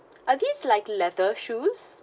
are this leather shoes